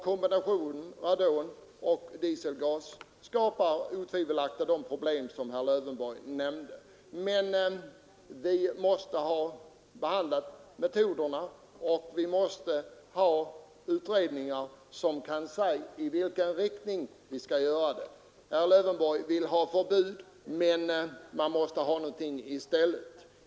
Kombinationen av radongas och dieselgas skapar otvivelaktigt de problem som herr Lövenborg nämnde, men vi måste göra utredningar som kan visa vilken inriktning de åtgärder skall ha som vi skall sätta in. Herr Lövenborg vill ha förbud mot dessa gaser, men man måste ha någonting i stället om man skall förbjuda dem.